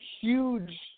huge